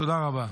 תודה רבה.